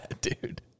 dude